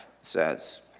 says